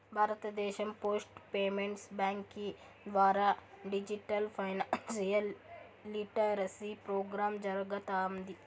భారతదేశం post payments బ్యాంకీ ద్వారా డిజిటల్ ఫైనాన్షియల్ లిటరసీ ప్రోగ్రామ్ జరగతాంది